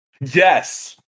Yes